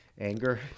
anger